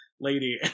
lady